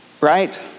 right